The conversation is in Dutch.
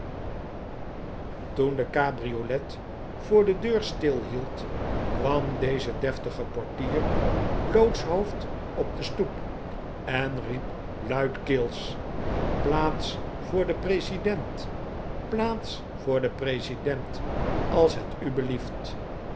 toen de cabriolet voor de deur stilhield kwam deze deftige portier blootshoofds op de stoep en riep luidkeels plaats voor den president plaats voor den president als het u belieft